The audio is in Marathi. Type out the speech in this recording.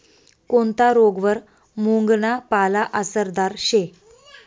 कोनता रोगवर मुंगना पाला आसरदार शे